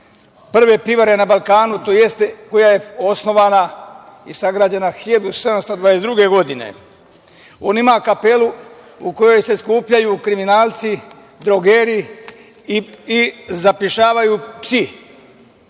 prve pivare na Balkanu, tj. koja je osnovana i sagrađena 1722. godine. On ima kapelu u kojoj se skupljaju kriminalci, drogeraši i zapišavaju psi.